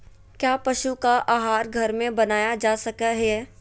क्या पशु का आहार घर में बनाया जा सकय हैय?